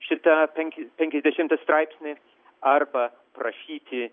šitą penki penkiasdešimtą straipsnį arba prašyti